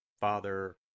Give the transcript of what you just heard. Father